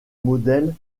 modèle